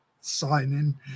signing